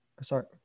sorry